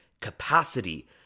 capacity